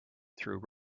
through